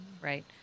Right